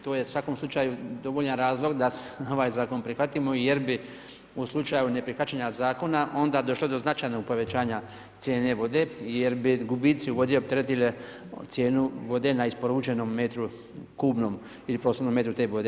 To je u svakom slučaju dovoljan razlog da ovaj zakon prihvatimo, jer bi u slučaju neprihvaćanja zakona onda došlo do značajnog povećanja cijene vode jer bi gubici u vodi opteretili cijenu vode na isporučenom metru kubnom ili prostornom metru te vode.